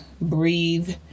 breathe